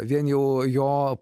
vien jau jo